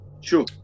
Sure